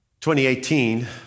2018